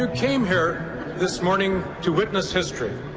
ah came here this morning to witness history.